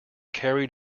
carried